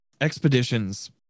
Expeditions